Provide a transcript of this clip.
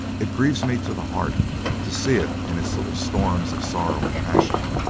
it grieves me to the heart to see it in its little storms of sorrow and passion.